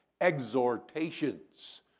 exhortations